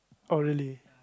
oh really